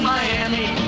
Miami